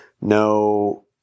no